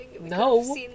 No